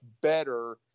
better